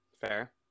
Fair